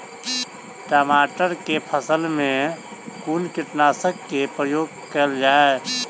टमाटर केँ फसल मे कुन कीटनासक केँ प्रयोग कैल जाय?